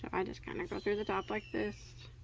i just kind of go through the top like this